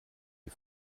die